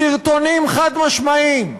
סרטונים חד-משמעיים.